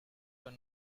were